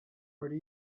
where